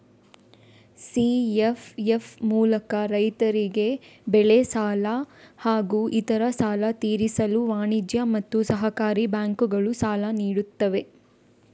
CFF ಮೂಲಕ ರೈತರಿಗೆ ಬೆಳೆ ಸಾಲ ಹಾಗೂ ಇತರೆ ಸಾಲ ತೀರಿಸಲು ವಾಣಿಜ್ಯ ಮತ್ತು ಸಹಕಾರಿ ಬ್ಯಾಂಕುಗಳು ಸಾಲ ನೀಡುತ್ತವೆ